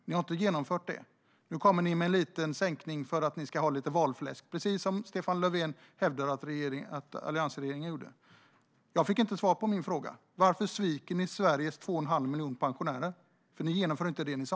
Ni har inte genomfört det, men nu kommer ni med en liten sänkning för att ni ska ha lite valfläsk, precis som Stefan Löfven hävdade att alliansregeringen gjorde. Jag fick inte svar på min fråga. Varför sviker ni Sveriges 2 1⁄2 miljoner pensionärer? Ni genomför inte det ni sa.